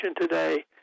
today